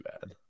bad